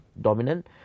dominant